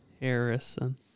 Harrison